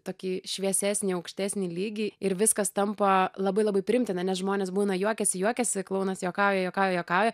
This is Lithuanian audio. tokį šviesesnį aukštesnį lygį ir viskas tampa labai labai priimtina nes žmonės būna juokiasi juokiasi klounas juokauja juokauja juokauja